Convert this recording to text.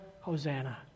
Hosanna